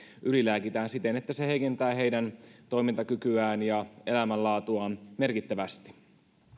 ylilääkitään siten että se heikentää heidän toimintakykyään ja elämänlaatuaan merkittävästi